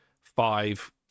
Five